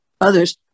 others